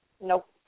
Nope